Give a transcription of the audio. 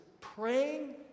praying